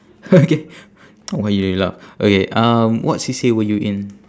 okay why you laugh okay um what C_C_A were you in